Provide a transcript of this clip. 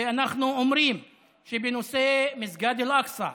כשאנחנו אומרים שבנושא מסגד אל-אקצא,